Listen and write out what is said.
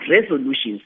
resolutions